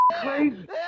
crazy